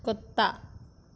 ਕੁੱਤਾ